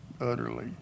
utterly